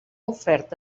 ofert